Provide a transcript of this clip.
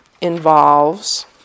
involves